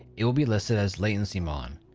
it will be listed as latencymon.